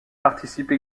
participe